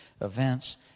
events